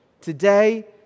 Today